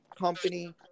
company